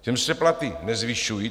Těm se platy nezvyšují.